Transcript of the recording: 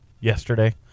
yesterday